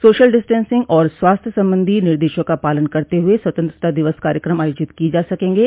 social distancing और स्वास्थ्य संबंधी निर्देशों का पालन करते हुए स्वतंत्रता दिवस कार्यक्रम आयोजित किये जा सकेंगे